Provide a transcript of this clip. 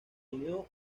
unió